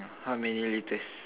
how many litres